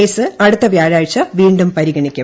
case അടുത്ത വ്യാഴാഴ്ച വീണ്ടും പരിഗണിക്കും